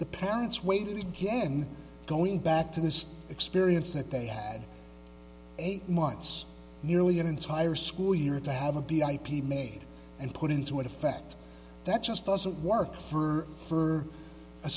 the parents waited again going back to this experience that they had eight months nearly an entire school year to have a be ip made and put into effect that just doesn't work for for a